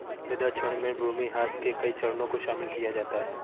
मृदा क्षरण में भूमिह्रास के कई चरणों को शामिल किया जाता है